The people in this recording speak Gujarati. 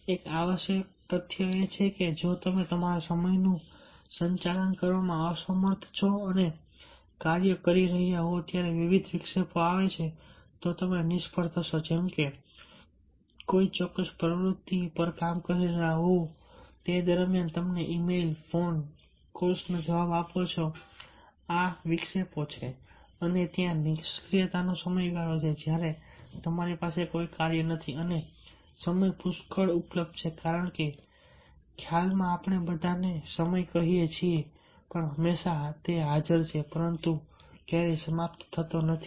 એક આવશ્યક તથ્ય એ છે કે જો તમે તમારા સમયનું સંચાલન કરવામાં અસમર્થ છો અને કાર્યો કરી રહ્યા હો ત્યારે વિવિધ વિક્ષેપો આવે છે તો તમે નિષ્ફળ થશો જેમ કે તમે કોઈ ચોક્કસ પ્રવૃત્તિ પર કામ કરી રહ્યા હોવ તે દરમિયાન તમે ઈમેલ ફોન કોલ્સનો જવાબ આપો છો આ વિક્ષેપો છે અને ત્યાં નિષ્ક્રિયતાનો સમયગાળો છે જ્યારે તમારી પાસે કોઈ કાર્ય નથી અને સમય પુષ્કળ ઉપલબ્ધ છે કારણ કે ખ્યાલમાં આપણે બધા સમય કહીએ છીએ સમય હંમેશા હાજર છે પરંતુ ક્યારેય સમાપ્ત થતો નથી